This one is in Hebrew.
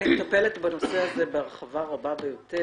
אני מטפלת בנושא הזה בהרחבה רבה ביותר,